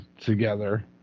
together